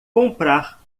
comprar